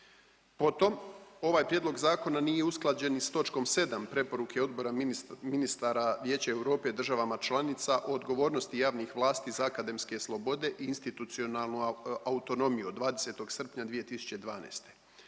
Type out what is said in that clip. Potom, ovaj prijedlog zakona nije usklađen ni s točkom 7 preporuke Odbora ministara Vijeća Europe državama članica o odgovornosti javnih vlasti za akademske slobode i institucionalnu autonomiju od 20. srpnja 2012..